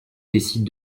décide